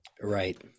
Right